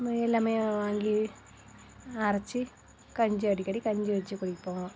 எல்லாம் வாங்கி அரைச்சி கஞ்சி அடிக்கடி கஞ்சி வச்சுக் குடிப்போம்